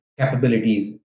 capabilities